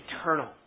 eternal